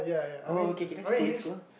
uh okay okay that's cool that's cool